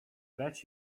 bet